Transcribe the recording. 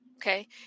Okay